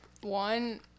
one